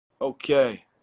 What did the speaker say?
Okay